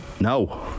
No